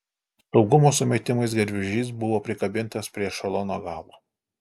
saugumo sumetimais garvežys buvo prikabintas prie ešelono galo